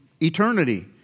eternity